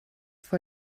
vor